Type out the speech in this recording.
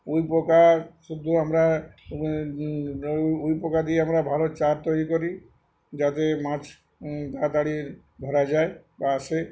we পোকা শুধু আমরা উই পোকা দিয়ে আমরা ভালো চার তৈরি করি যাতে মাছ তাড়াতাড়ি ধরা যায় বা আসে